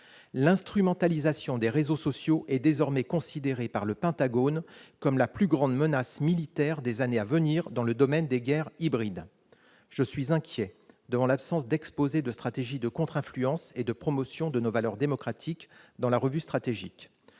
L'instrumentalisation des réseaux sociaux est désormais considérée par le Pentagone comme la plus grande menace militaire des années à venir dans le domaine des guerres hybrides. Je suis inquiet face à l'absence dans la revue stratégique d'exposé de stratégie de contre-influence et de promotion de nos valeurs démocratiques. Pouvez-vous